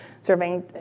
serving